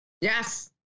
Yes